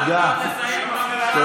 מצוין, מצוין.